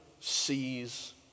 sees